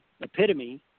epitome